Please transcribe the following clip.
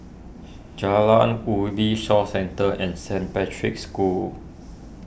Jalan Ubi Shaw Centre and Saint Patrick's School